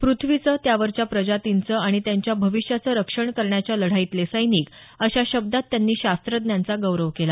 पृथ्वीचं त्यावरच्या प्रजातींचं आणि त्यांच्या भविष्याचं रक्षण करण्याच्या लढाईतले सैनिक अशा शब्दात त्यांनी शास्त्रज्ञांचा गौरव केला